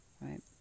right